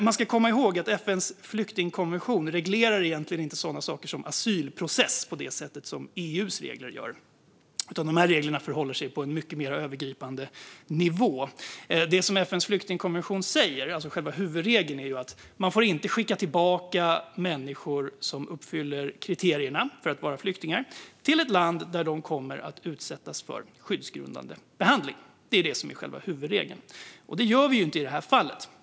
Man ska komma ihåg att FN:s flyktingkonvention egentligen inte reglerar sådana saker som asylprocess på det sättet som EU:s regler gör, utan de reglerna håller sig på en mycket mer övergripande nivå. Själva huvudregeln i FN:s flyktingkonvention är att man inte får skicka tillbaka människor som uppfyller kriterierna för att vara flyktingar till ett land där de kommer att utsättas för skyddsgrundande behandling. Det gör vi inte i det här fallet.